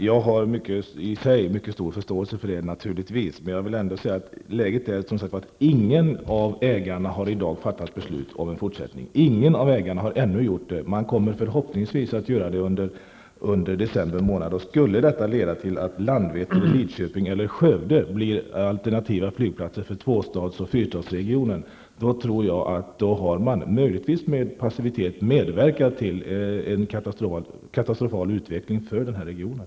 Herr talman! Jag har mycket stor förståelse för det i sig. Jag vill ändå säga att läget är det att ingen av ägarna i dag har fattat beslut om en fortsättning. De kommer förhoppningsvis att göra det under december månad. Skulle detta leda till att Landvetter och Lidköping eller Skövde blir alternativa flygplatser för tvåstads och fyrstadsregionen, har man, möjligtvis genom passivitet, medverkat till en katastrofal utveckling för denna region.